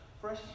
fresh